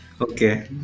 Okay